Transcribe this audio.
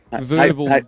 verbal